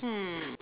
hmm